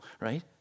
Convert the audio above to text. right